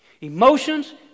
Emotions